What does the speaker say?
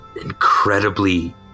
incredibly